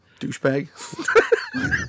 Douchebag